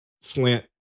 slant